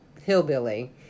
hillbilly